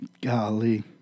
Golly